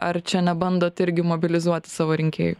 ar čia nebandot irgi mobilizuoti savo rinkėjų